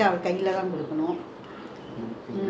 my father you remember my father how fierce he was